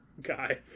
guy